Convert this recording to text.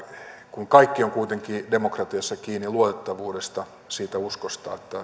kun kaikki on kuitenkin demokratiassa kiinni luotettavuudesta siitä uskosta